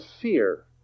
fear